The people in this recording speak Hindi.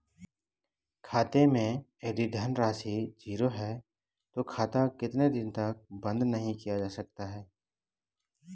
खाते मैं यदि धन राशि ज़ीरो है तो खाता कितने दिन तक बंद नहीं किया जा सकता?